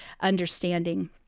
understanding